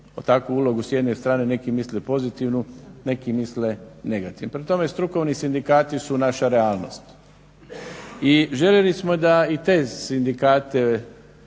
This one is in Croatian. takvu ulogu s jedne strane neki misle pozitivnu, neki misle negativnu. Prema tome, strukovni sindikati su naša realnost i željeli smo da i te sindikate